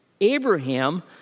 Abraham